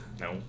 No